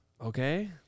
Okay